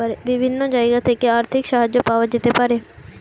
বিভিন্ন জায়গা থেকে আর্থিক সাহায্য পাওয়া যেতে পারে